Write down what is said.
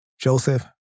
Joseph